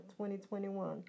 2021